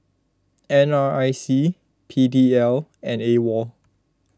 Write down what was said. N R I C P D L and Awol